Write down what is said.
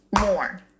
more